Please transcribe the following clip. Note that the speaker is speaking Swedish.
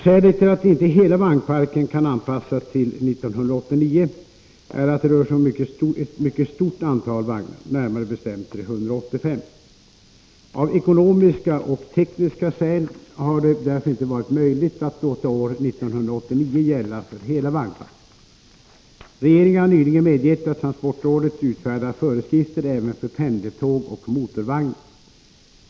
Skälet till att inte hela vagnparken kan anpassas till 1989 är att det rör sig om ett mycket stort antal vagnar, närmare bestämt 385. Av ekonomiska och tekniska skäl har det därför inte varit möjligt att låta år 1989 gälla för hela vagnparken. Regeringen har nyligen medgett att transportrådet utfärdar föreskrifter även för pendeltåg och motorvagnar.